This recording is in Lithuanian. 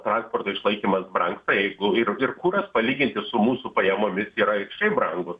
transporto išlaikymas brangsta jeigu ir ir kuras palyginti su mūsų pajamomis yra šiaip brangus